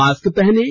mask पहनें